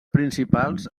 principals